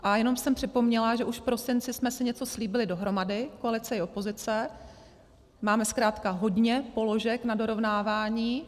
A jenom jsem připomněla, že už v prosinci jsme si něco slíbili dohromady, koalice i opozice, máme zkrátka hodně položek na dorovnávání.